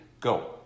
Go